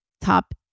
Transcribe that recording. Top